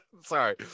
Sorry